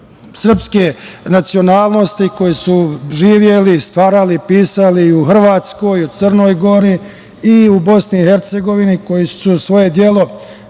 srpske nacionalnosti, koji su živeli, stvarali, pisali u Hrvatskoj, Crnoj Gori i Bosni i Hercegovini, koji su svoje delo